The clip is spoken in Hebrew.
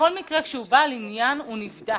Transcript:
בכל מקרה כשהוא בעל עניין, הוא נבדק.